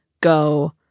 go